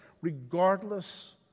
regardless